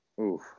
Oof